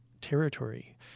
Territory